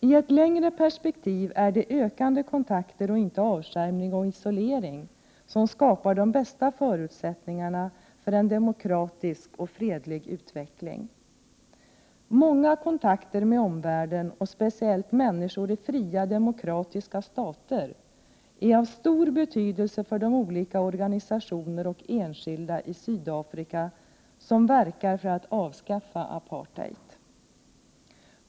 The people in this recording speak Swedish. I ett längre perspektiv är det ökade kontakter och inte avskärmning och isolering som skapar de bästa förutsättningarna för en demokratisk och fredlig utveckling. Många kontakter med omvärlden och speciellt människor i fria, demokratiska stater är av stor betydelse för de olika organisationer och enskilda i Sydafrika som verkar för att avskaffa apartheid.